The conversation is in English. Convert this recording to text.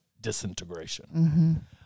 disintegration